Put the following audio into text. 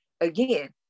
Again